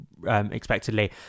expectedly